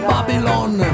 Babylon